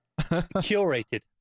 Curated